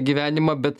gyvenimą bet